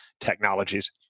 Technologies